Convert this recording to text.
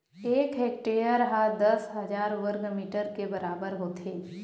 एक हेक्टेअर हा दस हजार वर्ग मीटर के बराबर होथे